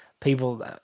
people